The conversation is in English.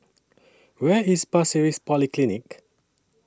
Where IS Pasir Ris Polyclinic